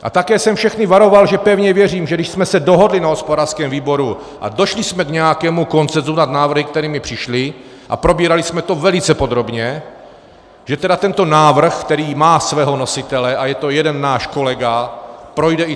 A také jsem všechny varoval, že pevně věřím, že když jsme se dohodli na hospodářském výboru a došli jsme k nějakému konsenzu nad návrhy, které přišly, a probírali jsme to velice podrobně, že tedy tento návrh, který má svého nositele, a je to jeden náš kolega, projde i touto Sněmovnou.